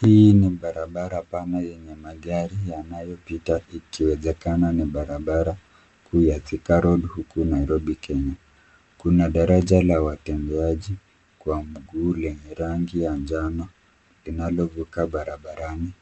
Hii ni barabara pana yenye magari yanayopita ikiwezekana ni barabara kuu ya Thika Road huku Nairobi Kenya. Kuna daraja la watembeaji kwa mguu lenye rangi ya njano linalovuka barabarani